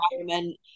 environment